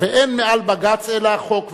ואין מעל בג"ץ אלא החוק,